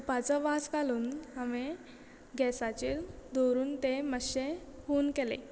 तुपाचो वास घालून हांवें गॅसाचेर दवरून ते मातशे हून केले